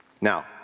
Now